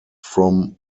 from